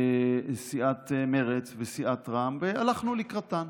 סיעת מרצ וסיעת רע"מ, והלכנו לקראתן.